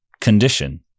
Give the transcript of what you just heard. condition